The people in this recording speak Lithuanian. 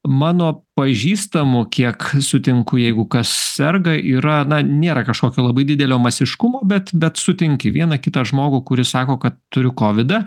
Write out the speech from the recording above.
mano pažįstamų kiek sutinku jeigu kas serga yra na nėra kažkokio labai didelio masiškumo bet bet sutinki vieną kitą žmogų kuris sako kad turiu kovidą